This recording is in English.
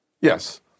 Yes